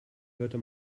hörte